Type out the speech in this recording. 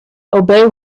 obey